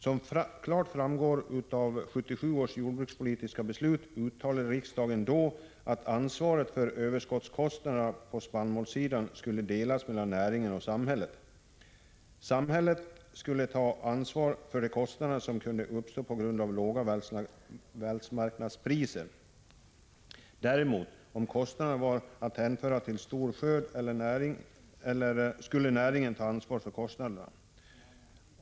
Som klart framgår av 1977 års jordbrukspolitiska beslut, uttalade riksda gen då att ansvaret för överskottskostnaderna på spannmålssidan skulle delas mellan näringen och samhället. Samhället skulle ta ansvar för de kostnader som kunde uppstå på grund av låga världsmarknadspriser. Om kostnaderna däremot var att hänföra till stor skörd skulle näringen ta ansvaret för kostnaderna.